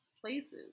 places